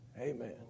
Amen